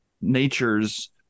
natures